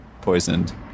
poisoned